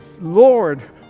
Lord